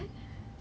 then